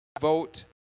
vote